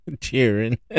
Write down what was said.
cheering